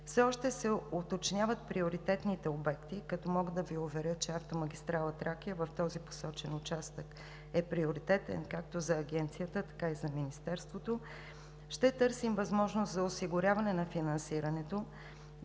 все още се уточняват приоритетните обекти. Мога да ви уверя, че автомагистрала „Тракия“ в този посочен участък е приоритетен както за Агенцията, така и за Министерството. Ще търсим възможност за осигуряване на финансирането,